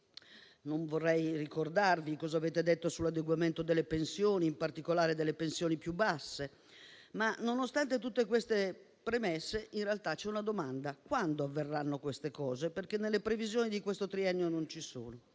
non vorrei ricordarvi cos'avete detto sull'adeguamento delle pensioni, in particolare di quelle più basse. Nonostante tutte queste premesse, in realtà c'è una domanda: quando avverranno queste cose? Nelle previsioni di questo triennio non ci sono,